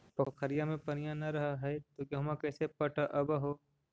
पोखरिया मे पनिया न रह है तो गेहुमा कैसे पटअब हो?